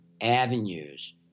avenues